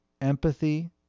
empathy